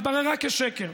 התבררה כשקר.